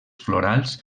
florals